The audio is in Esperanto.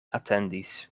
atendis